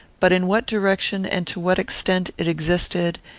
but in what direction and to what extent it existed,